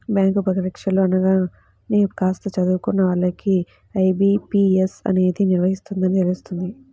bank పరీక్షలు అనగానే కాస్త చదువుకున్న వాళ్ళకు ఐ.బీ.పీ.ఎస్ అనేది నిర్వహిస్తుందని తెలుస్తుంది